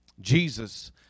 Jesus